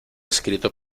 escrito